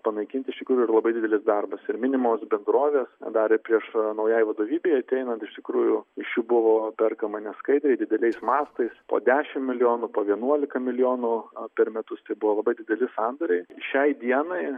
panaikinti iš tikrųjų yra labai didelis darbas ir minimos bendrovės padarė prieš naujai vadovybei ateinant iš tikrųjų iš jų buvo perkama neskaidriai dideliais mastais po dešimt milijonų po vienuolika milijonų per metus tai buvo labai dideli sandoriai šiai dienai